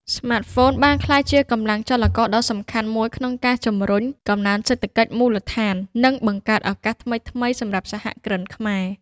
ស្មាតហ្វូនបានក្លាយជាកម្លាំងចលករដ៏សំខាន់មួយក្នុងការជំរុញកំណើនសេដ្ឋកិច្ចមូលដ្ឋាន និងបង្កើតឱកាសថ្មីៗសម្រាប់សហគ្រិនខ្មែរ។